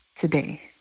today